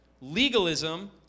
legalism